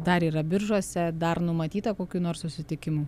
dar yra biržuose dar numatyta kokių nors susitikimų